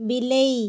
ବିଲେଇ